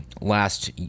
last